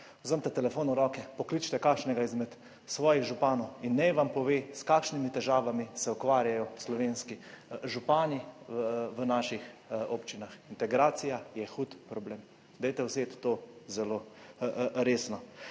vzemite telefon v roke, pokličite kakšnega izmed svojih županov in naj vam pove s kakšnimi težavami se ukvarjajo slovenski župani v naših občinah. Integracija je hud problem. Dajte vzeti to zelo resno.